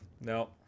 No